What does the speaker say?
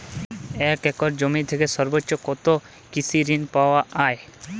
এক একর জমি থেকে সর্বোচ্চ কত কৃষিঋণ পাওয়া য়ায়?